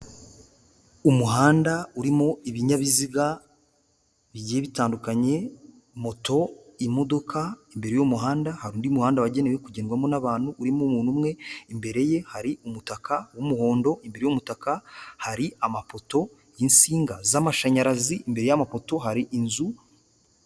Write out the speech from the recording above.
Umuhanda urimo ibinyabiziga bigiye bitandukanye moto, imodoka imbere y'umuhanda hari undi muhanda wagenewe kugerwamo n'abantu urimo umuntu umwe imbere ye hari umutaka w'umuhondo imbere y'umutaka hari amapoto y'isinga z'amashanyarazi imbere y'amapoto hari inzu.